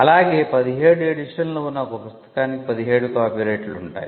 అలాగే పదిహేడు ఎడిషన్లు ఉన్న ఒక పుస్తకానికి పదిహేడు కాపీరైట్లు ఉంటాయి